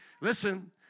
listen